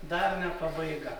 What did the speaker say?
dar ne pabaiga